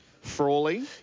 Frawley